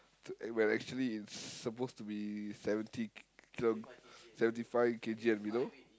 when actually it's supposed to be seventy ki~ kilo seventy five K_G and below